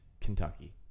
Kentucky